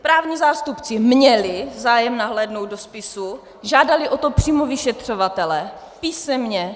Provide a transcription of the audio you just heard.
Právní zástupci měli zájem nahlédnout do spisu, žádali o to přímo vyšetřovatele písemně i mailem.